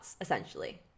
essentially